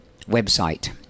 website